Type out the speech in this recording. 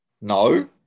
No